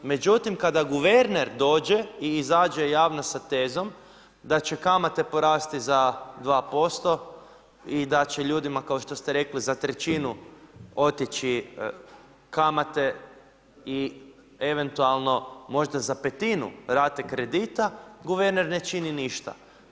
Međutim, kada guverner dođe i izađe javno sa tezom da će kamate porasti za 2% i da će ljudima, kao što ste rekli, za trećinu otići kamate i eventualno, možda za petinu rate kredita, guverner ne čini ništa.